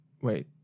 Wait